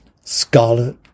Scarlet